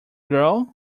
grow